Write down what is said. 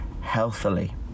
healthily